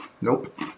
Nope